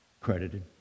credited